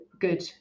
good